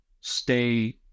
stay